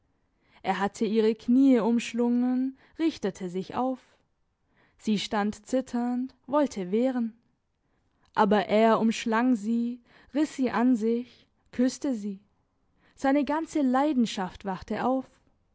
er hatte ihre kniee umschlungen richtete sich auf sie stand zitternd wollte wehren aber er umschlang sie riss sie an sich küsste sie seine ganze leidenschaft wachte auf